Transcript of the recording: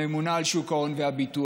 הממונה על שוק ההון והביטוח,